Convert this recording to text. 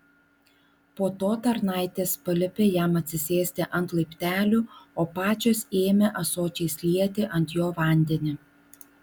po to tarnaitės paliepė jam atsisėsti ant laiptelių o pačios ėmė ąsočiais lieti ant jo vandeni